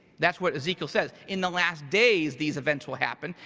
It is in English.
that's what ezekiel says, in the last days, these events will happen.